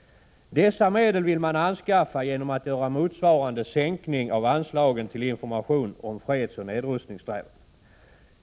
Dessa medel vill man anskaffa genom att göra motsvarande sänkning av anslagen till information om fredsoch nedrustningssträvanden.